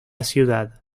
ciudad